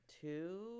two